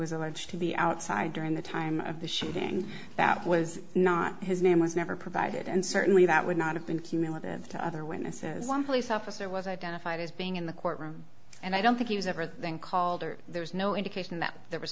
was a large to be outside during the time of the shooting that was not his name was never provided and certainly that would not have been cumulative to other witnesses one police officer was identified as being in the courtroom and i don't think he was ever thing called or there's no indication that there was